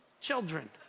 children